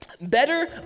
Better